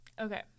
okay